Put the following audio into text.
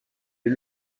est